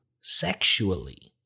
sexually